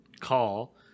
call